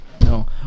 No